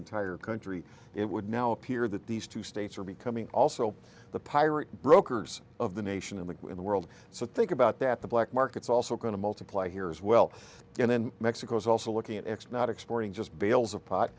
entire country it would now appear that these two states are becoming also the pirate brokers of the nation in the in the world so think about that the black markets also going to multiply here as well and then mexico is also looking at x not exporting just bales of pot